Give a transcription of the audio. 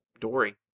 Dory